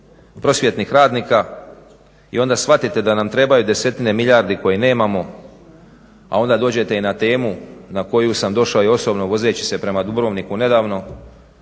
prosvjetnih radnika, i onda shvatite da nam trebaju desetine milijardi koje nemamo,a onda dođete i na temu na koju sam došao i osobno vozeći se prema Dubrovniku nedavno